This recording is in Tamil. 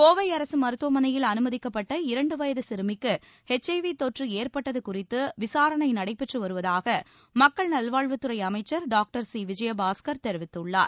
கோவை அரசு மருத்துவமனையில் அனுமதிக்கப்பட்ட இரண்டுவயது சிறுமிக்கு ஹெச் ஐ வி தொற்று ஏற்பட்டது குறித்து விசாரணை நடைபெற்று வருவதாக மக்கள் நல்வாழ்வுத்துறை அமைச்சர் டாக்டர் சி விஜயபாஸ்கர் தெரிவித்துள்ளார்